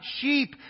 sheep